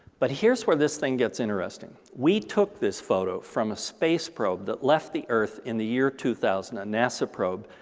but here's where this thing gets interesing. we took this photo from a space probe that left the earth in the year two thousand, a nasa probe,